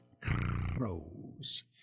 crows